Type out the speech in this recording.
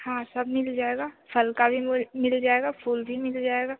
हाँ सब मिल जाएगा फल का भी मूल मिल जाएगा फूल भी मिल जाएगा